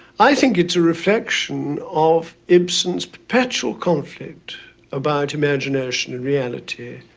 i think it's a reflection of ibsen's perpetual conflict about imagination and reality.